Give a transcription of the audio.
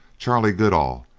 charley goodall,